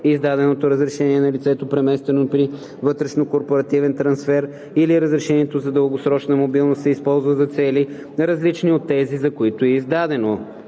издаденото разрешение на лицето, преместено при вътрешнокорпоративен трансфер, или разрешението за дългосрочна мобилност се използва за цели, различни от тези, за които е издадено;